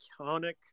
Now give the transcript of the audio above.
iconic